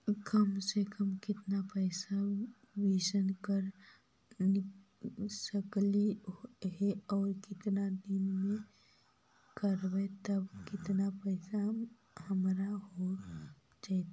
कम से कम केतना पैसा निबेस कर सकली हे और केतना दिन तक करबै तब केतना पैसा हमर हो जइतै?